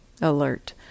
alert